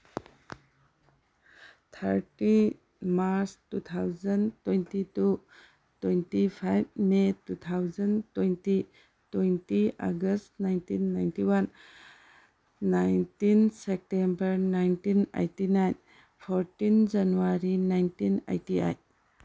thirty March two thousand twenty two twenty five may two thousand twenty twenty August nineteen ninety one nineteen September nineteen eighty nine fourteen January nineteen eighty eight